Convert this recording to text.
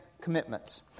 commitments